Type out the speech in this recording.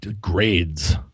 grades